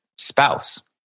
spouse